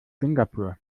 singapur